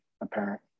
apparent